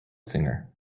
singer